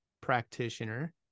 practitioner